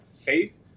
faith